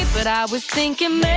but i was thinking